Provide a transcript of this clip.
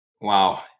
Wow